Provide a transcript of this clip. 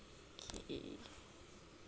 okay